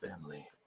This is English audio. family